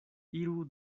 iru